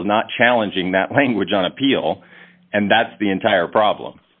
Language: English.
as not challenging that language on appeal and that's the entire problem